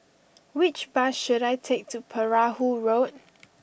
which bus should I take to Perahu Road